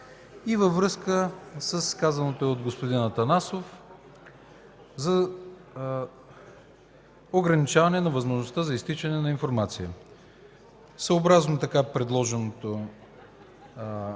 и във връзка с казаното от господин Атанасов за ограничаване на възможността за изтичане на тази информация, съобразно така предложеното